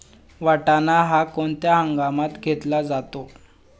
वाटाणा हा कोणत्या हंगामात घेतला जातो?